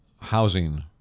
housing